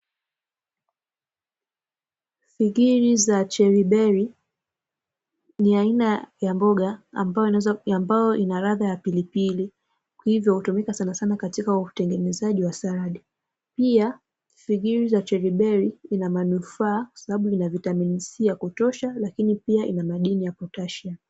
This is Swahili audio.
Figiri za cheriberi ni aina ya mboga ambayo inaradha ya pilipili hivyo hutumika sana sana katika utengenezaji wa saradi. Pia fijiri ya cheriberi inamanufaa kwasababu huleta manufaa kwasababu inamadini ya kutosha lakini pia ina madini ya potashiamu.